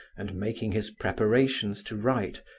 and making his preparations to write,